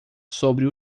sobre